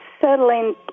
settling